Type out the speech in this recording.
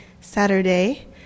Saturday